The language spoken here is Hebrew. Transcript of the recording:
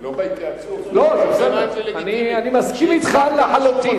לא בהתייעצות, זה לגיטימי אני מסכים אתך לחלוטין.